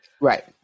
right